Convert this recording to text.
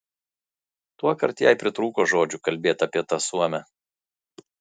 tuokart jai pritrūko žodžių kalbėti apie tą suomę